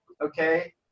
okay